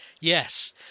yes